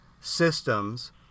systems